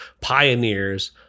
pioneers